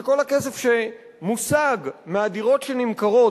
שכל הכסף שמושג מהדירות שנמכרות,